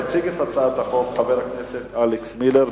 יציג את הצעת החוק חבר הכנסת אלכס מילר.